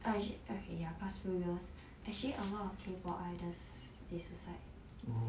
I okay ya past few years actually a lot of K pop idols they suicide